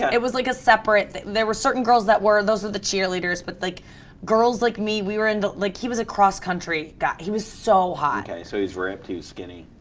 it was like a separate thing. there were certain girls that were, those were the cheerleaders but like girls like me we were into. like he was a cross country guy. he was so hot. okay, so he was ripped, he was skinny?